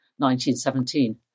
1917